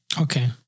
Okay